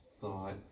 thought